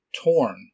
Torn